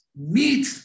meet